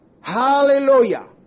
Hallelujah